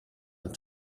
and